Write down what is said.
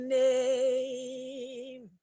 name